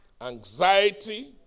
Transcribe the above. anxiety